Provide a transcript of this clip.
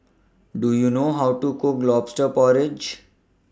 Do YOU know How to Cook Lobster Porridge